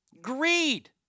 Greed